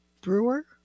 Brewer